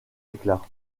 éclats